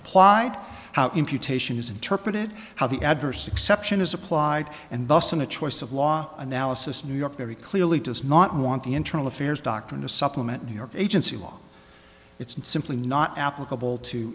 is interpreted how the adverse exception is applied and thus in a choice of law analysis new york very clearly does not want the internal affairs doctrine to supplement new york agency law it's simply not applicable to